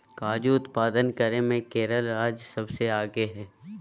काजू उत्पादन करे मे केरल राज्य सबसे आगे हय